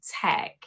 tech